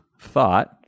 thought